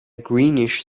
greenish